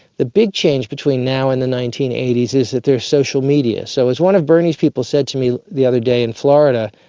the big change between now and the nineteen eighty s is that there is social media. so as one of bernie's people said to me the other day in florida,